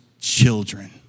children